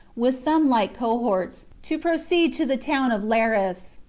with some light cohorts, to proceed to the town of laris,